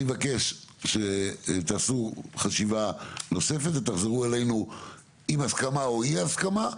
אני מבקש שתעשו חשיבה נוספת ותחזרו אלינו עם הסכמה או עם אי-הסכמה,